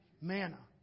Manna